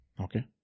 Okay